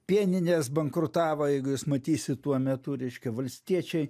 pieninės bankrutavo jeigu jūs matysit tuo metu reiškia valstiečiai